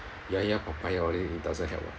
ya ya papaya only it doesn't help ah